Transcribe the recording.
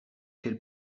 quelle